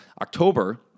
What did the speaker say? October